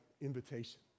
invitation